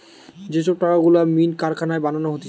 যে সব টাকা গুলা মিন্ট কারখানায় বানানো হতিছে